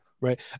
Right